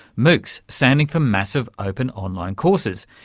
moocs standing for massive open online courses.